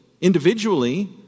individually